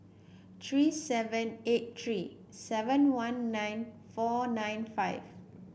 three seven eight three seven one nine four nine five